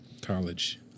College